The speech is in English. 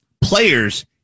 players